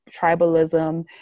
tribalism